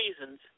reasons